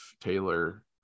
taylor